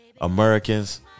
Americans